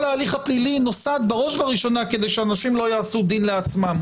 כל ההליך הפלילי נוסד בראש ובראשונה כדי שאנשים לא יעשו דין לעצמם.